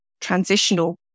transitional